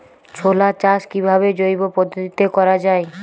ছোলা চাষ কিভাবে জৈব পদ্ধতিতে করা যায়?